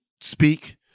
speak